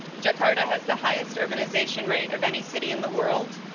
jakarta has the highest urbanization rate of any city in the world.